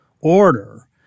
order